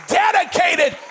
dedicated